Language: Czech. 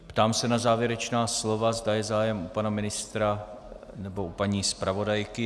Ptám se na závěrečná slova, zda je zájem u pana ministra nebo paní zpravodajky.